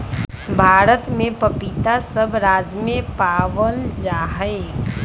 भारत में पपीता सब राज्य में पावल जा हई